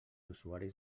usuaris